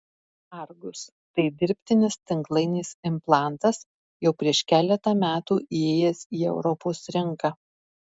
argus tai dirbtinis tinklainės implantas jau prieš keletą metų įėjęs į europos rinką